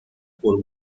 por